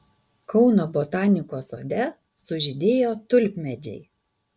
kauno botanikos sode sužydėjo tulpmedžiai